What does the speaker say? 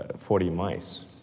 ah forty mice.